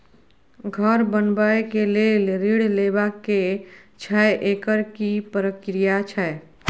घर बनबै के लेल ऋण लेबा के छै एकर की प्रक्रिया छै?